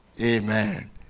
Amen